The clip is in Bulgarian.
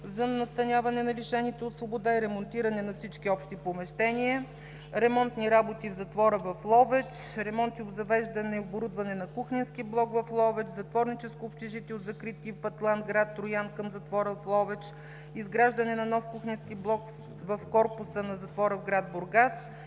за настаняване на лишените от свобода и ремонтиране на всички общи помещения – ремонтни работи в затвора в Ловеч, ремонт, обзавеждане и оборудване на кухненски блок в Ловеч, затворническо общежитие от закрит тип „Атлант“ – град Троян, към затвора в Ловеч, изграждане на нов кухненски бокс в корпуса на затвора в град Бургас,